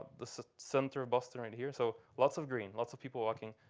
the center of boston right here. so lots of green, lots of people walking.